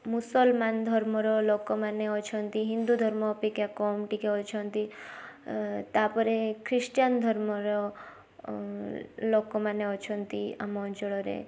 ମୁସଲମାନ୍ ଧର୍ମର ଲୋକମାନେ ଅଛନ୍ତି ହିନ୍ଦୁ ଧର୍ମ ଅପେକ୍ଷା କମ୍ ଟିକେ ଅଛନ୍ତି ତା'ପରେ ଖ୍ରୀଷ୍ଟିୟାନ୍ ଧର୍ମର ଲୋକମାନେ ଅଛନ୍ତି ଆମ ଅଞ୍ଚଳରେ